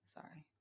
Sorry